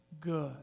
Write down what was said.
good